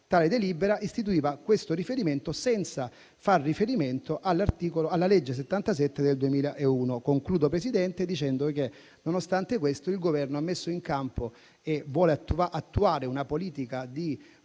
Tale delibera istituiva questo organismo senza far riferimento alla legge n. 77 del 2001. In conclusione, nonostante questo, il Governo ha messo in campo e vuole attuare una politica di